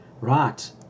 Right